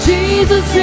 Jesus